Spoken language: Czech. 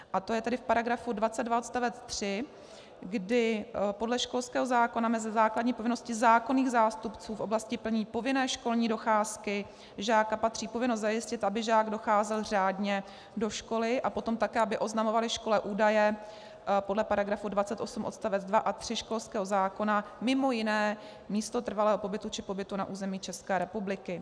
A to je tedy v § 22 odst. 3, kdy podle školského zákona mezi základní povinnosti zákonných zástupců v oblasti plnění povinné školní docházky žáka patří povinnost zajistit, aby žák docházel řádně do školy, a potom také aby oznamovali škole údaje podle § 28 odst 2 a 3 školského zákona, mimo jiné místo trvalého pobytu či pobytu na území České republiky.